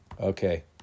Okay